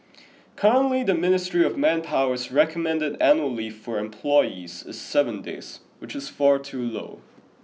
currently the Ministry of Manpower's recommended annual leave for employees is seven days which is far too low